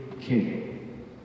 king